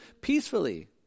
peacefully